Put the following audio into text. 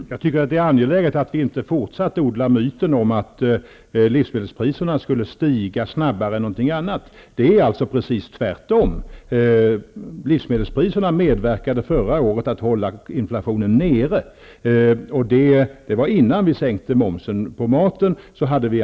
Fru talman! Jag tycker att det är angeläget att vi inte fortsätter att odla myten om att livsmedelspriserna skulle stiga snabbare än något annat. Det är precis tvärtom. Livsmedelspriserna medverkade förra året till att hålla inflationen nere. Det var innan momsen på maten sänktes.